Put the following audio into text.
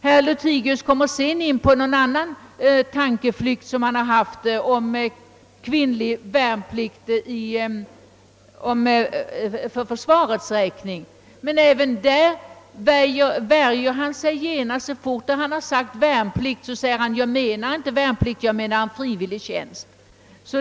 Herr Lothigius berör även en annan tanke som han har haft om kvinnlig värnplikt för försvarets räkning. Men även i detta fall värjer han sig genast och säger, så fort han har nämnt ordet värnplikt, att han inte menar värnplikt utan en frivillig tjänst. '